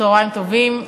צהריים טובים.